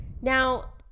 Now